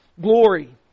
Glory